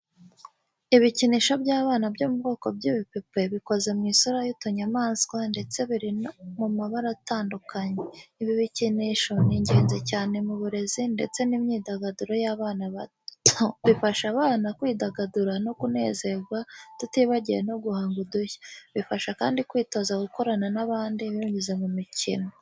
Ibikinisho by’abana byo mu bwoko bw'ibipupe bikoze mu isura y'utunyamaswa ndetse biri mu mabara atadukanye. Ibi bikinisho ni ingenzi cyane mu burezi ndetse n’imyidagaduro y’abana bato. Bifasha abana kwidagadura no kunezerwa tutibagiwe no guhanga udushya. Bibafasha kandi kwitoza gukorana n’abandi binyuze mu mikino.